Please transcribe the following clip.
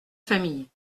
famille